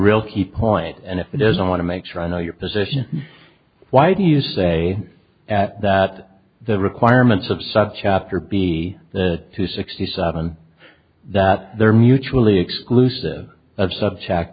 real key point and if he doesn't want to make sure i know your position why do you say at that the requirements of subchapter be the two sixty seven that they're mutually exclusive of subject